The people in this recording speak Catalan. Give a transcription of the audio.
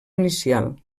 inicial